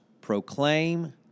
proclaim